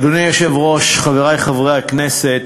אדוני היושב-ראש, חברי חברי הכנסת,